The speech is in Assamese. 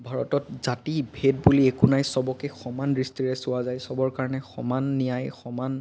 ভাৰতত জাতি ভেদ বুলি একো নাই সবকেই সমান দৃষ্টিৰে চোৱা যায় সবৰ কাৰণে সমান ন্যায় সমান